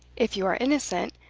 if you are innocent,